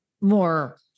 more